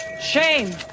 Shame